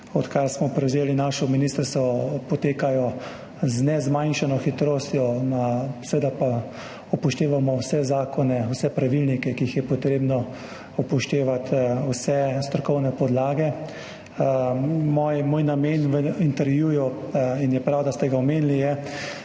odkar smo prevzeli ministrstvo, potekajo z nezmanjšano hitrostjo. Seveda pa upoštevamo vse zakone, vse pravilnike, ki jih je potrebno upoštevati, vse strokovne podlage. Moj namen v intervjuju – in prav je, da ste ga omenili – je